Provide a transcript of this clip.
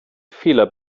fehler